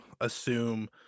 assume